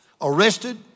arrested